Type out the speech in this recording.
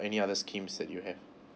any other schemes that you have